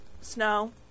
Snow